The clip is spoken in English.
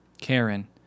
Karen